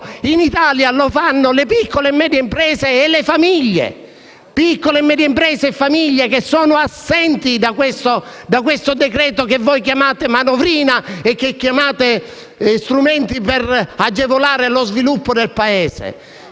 in Italia lo fanno le piccole e medie imprese e le famiglie; piccole e medie imprese e famiglie che sono assenti da questo decreto-legge che voi chiamate manovrina e che definite come strumenti per agevolare lo sviluppo del Paese.